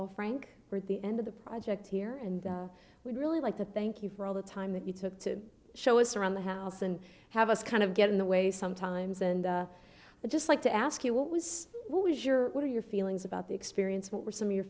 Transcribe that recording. well frank were at the end of the project here and we'd really like to thank you for all the time that you took to show us around the house and have us kind of get in the way sometimes and i just like to ask you what was what was your what are your feelings about the experience what were some of your